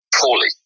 poorly